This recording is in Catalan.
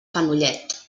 fenollet